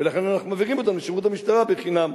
ולכן אנחנו מעבירים אותם לשירות המשטרה חינם,